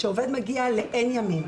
כשעובד מגיע לאין ימים.